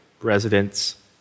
residents